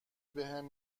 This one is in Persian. بهم